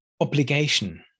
Obligation